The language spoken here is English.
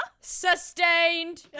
Sustained